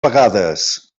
vegades